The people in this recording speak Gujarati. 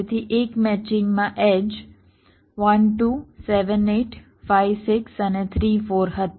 તેથી એક મેચિંગમાં એડ્જ 1 2 7 8 5 6 અને 3 4 હતી